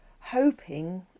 hoping